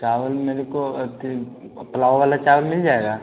चावल मेरे को पुलाव वाला चावल मिल जाएगा